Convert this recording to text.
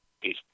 Peace